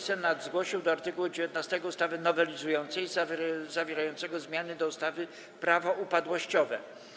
Senat zgłosił do art. 19 ustawy nowelizującej zawierającego zmiany do ustawy Prawo upadłościowe.